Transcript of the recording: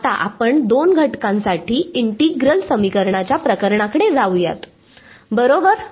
आता आपण दोन घटकांसाठी इंटिग्रल समीकरणाच्या प्रकरणाकडे जाऊया बरोबर